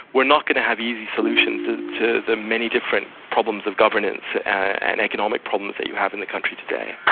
we're not going to have easy solutions to to the many different problems of governance and economic problems that you have in the country today.